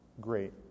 great